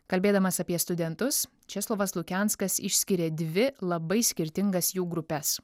kalbėdamas apie studentus česlovas lukenskas išskiria dvi labai skirtingas jų grupes